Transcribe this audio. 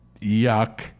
Yuck